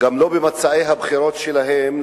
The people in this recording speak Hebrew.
גם לא במצעי הבחירות שלהן,